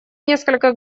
несколько